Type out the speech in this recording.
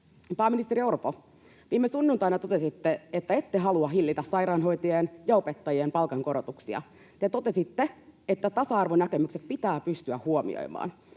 Pääministeri Orpo, viime sunnuntaina totesitte, että ette halua hillitä sairaanhoitajien ja opettajien palkankorotuksia. Te totesitte, että tasa-arvonäkemykset pitää pystyä huomioimaan.